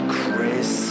Chris